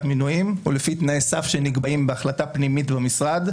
מינויים או לפי תנאי סף שנקבעים בהחלטה פנימית במשרד,